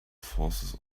forces